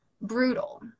brutal